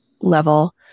level